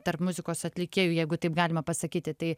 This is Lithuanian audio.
tarp muzikos atlikėjų jeigu taip galima pasakyti tai